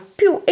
più